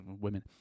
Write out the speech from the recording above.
women